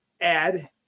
add